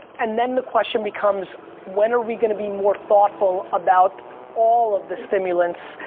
and then the question becomes when are we gonna be more thoughtful about all of the stimulants?